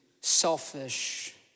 selfish